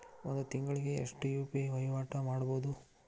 ಒಂದ್ ತಿಂಗಳಿಗೆ ಎಷ್ಟ ಯು.ಪಿ.ಐ ವಹಿವಾಟ ಮಾಡಬೋದು?